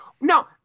no